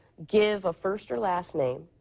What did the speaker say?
give a first or last name,